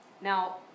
Now